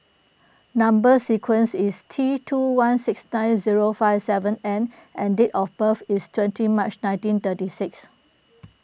Number Sequence is T two one six nine zero five seven N and date of birth is twenty March nineteen thirty six